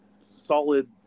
solid